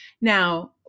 Now